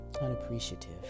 unappreciative